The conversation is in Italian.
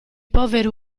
povero